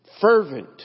Fervent